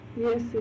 Yes